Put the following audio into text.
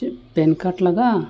PAN card ᱞᱟᱜᱟᱜᱼᱟ